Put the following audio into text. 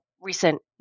recent